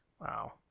Wow